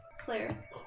Claire